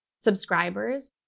subscribers